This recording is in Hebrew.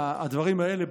הדברים האלה,